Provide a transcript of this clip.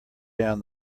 down